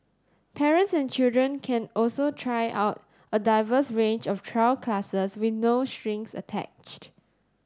parents and children can also try out a diverse range of trial classes with no strings attached